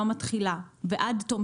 שגם בעלי